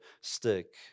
stick